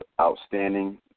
outstanding